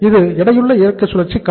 இது எடையுள்ள இயக்க சுழற்சியின் காலம்